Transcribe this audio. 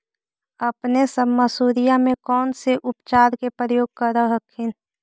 अपने सब मसुरिया मे कौन से उपचार के प्रयोग कर हखिन?